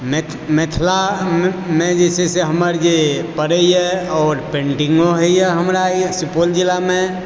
मिथिलामे जे छै से हमर जे परयए आओर पेंटिंगों होइए हमरा सुपौल जिलामे